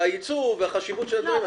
הייצוא והחשיבות של הדברים האלה.